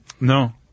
no